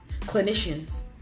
clinicians